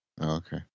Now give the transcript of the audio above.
Okay